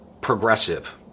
progressive